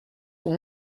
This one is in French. son